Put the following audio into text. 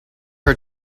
her